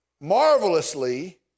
marvelously